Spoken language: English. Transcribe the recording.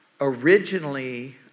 originally